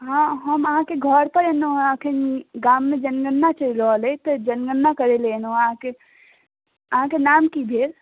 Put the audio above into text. हँ हम अहाँकेँ घर पर एलहुँ हँ अखन गाममे जनगणना चलि रहल अछि जनगणना करे लऽ एलहुँ हँ अहाँकेँ अहाँकेँ नाम की भेल